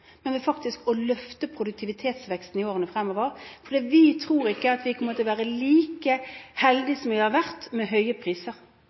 men ved å løfte produktivitetsveksten i årene fremover, for vi tror ikke at vi kommer til å være like heldige som vi har vært, med høye priser.